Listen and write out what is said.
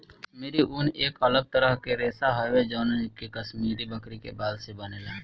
काश्मीरी ऊन एक अलग तरह के रेशा हवे जवन जे कि काश्मीरी बकरी के बाल से बनेला